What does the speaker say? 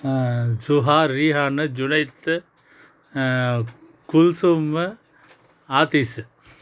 Shuha Rehan Junaid Kulsoom Athees